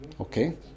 okay